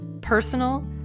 personal